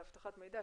לאבטחת מידע.